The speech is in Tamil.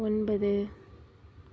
ஒன்பது